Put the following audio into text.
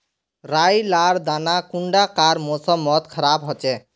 राई लार दाना कुंडा कार मौसम मोत खराब होचए?